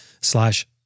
slash